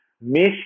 Miss